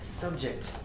subject